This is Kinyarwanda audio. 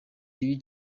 ribi